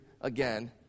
again